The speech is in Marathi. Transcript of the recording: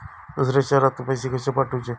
दुसऱ्या शहरात पैसे कसे पाठवूचे?